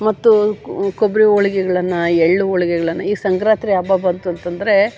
ಮತ್ತು ಕೊಬ್ಬರಿ ಹೋಳಿಗೆಗಳನ್ನ ಎಳ್ಳು ಹೋಳ್ಗೆಗಳನ್ನ ಈ ಸಂಕ್ರಾಂತಿ ಹಬ್ಬ ಬಂತು ಅಂತಂದ್ರೆ